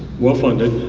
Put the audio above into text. well funded.